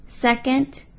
Second